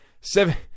seven